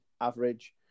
average